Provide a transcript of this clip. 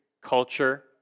culture